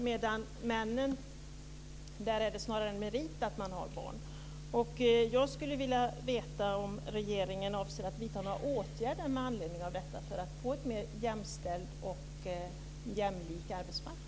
För männen är det snarare en merit att ha barn.